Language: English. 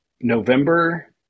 november